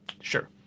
sure